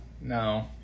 no